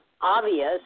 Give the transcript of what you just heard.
obvious